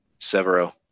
Severo